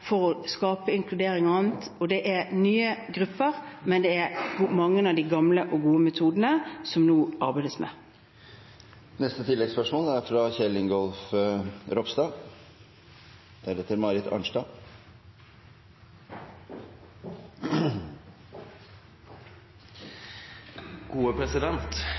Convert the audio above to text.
for å skape inkludering og annet, og det er nye grupper, men det er mange av de gamle og gode metodene som det nå arbeides med.